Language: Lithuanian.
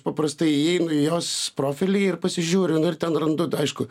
paprastai įeinu jos profilį ir pasižiūriu nu ir ten randu aišku